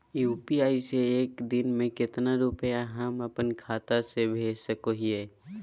UPI से एक दिन में कितना रुपैया हम अपन खाता से भेज सको हियय?